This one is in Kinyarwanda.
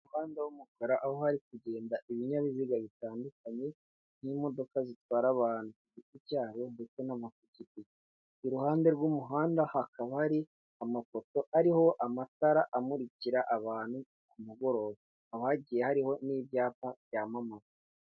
Umuhanda w'umukara aho hari kugenda ibinyabiziga bitandukanye, nk'imodoka zitwara abantu ku giti cyabo ndetse n'amapikipiki, iruhande rw'umuhanda hakaba hari amapoto ariho amatara amurikira abantu ku mugoroba, haba hagiye hariho n'ibyapa byamamaza.